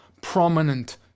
prominent